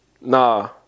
Nah